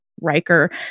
Riker